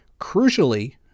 crucially